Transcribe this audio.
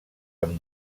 amb